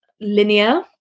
linear